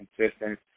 consistent